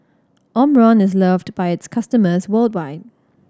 Omron is loved by its customers worldwide